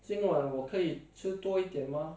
dinner